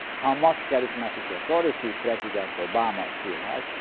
how much charismatic authority president obama still has,